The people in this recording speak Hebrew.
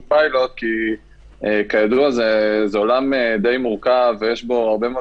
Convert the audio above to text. פיילוט כי כידוע זה עולם די מורכב ויש בו הרבה מאוד